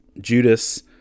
Judas